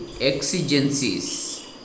exigencies